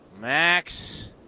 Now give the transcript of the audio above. Max